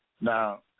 Now